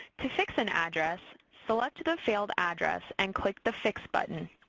to fix an address, select the failed address and click the fix button.